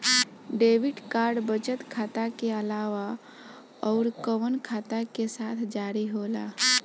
Debit card बचत खाता के अलावा अउरकवन खाता के साथ जारी होला?